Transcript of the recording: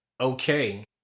okay